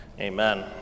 Amen